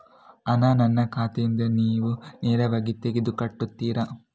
ಹಣ ನನ್ನ ಖಾತೆಯಿಂದ ನೀವು ನೇರವಾಗಿ ತೆಗೆದು ಕಟ್ಟುತ್ತೀರ?